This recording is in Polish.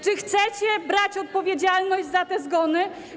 Czy chcecie brać odpowiedzialność za te zgony?